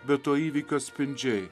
bet to įvykio atspindžiai